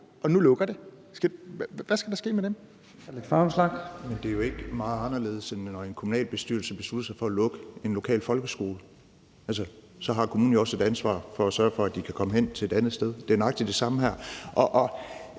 Kl. 14:57 Alex Vanopslagh (LA): Men det er jo ikke meget anderledes, end når en kommunalbestyrelse beslutter sig for at lukke en lokal folkeskole. Altså, så har kommunen jo også et ansvar for at sørge for, at de kan komme hen til et andet sted. Det er nøjagtig det samme her.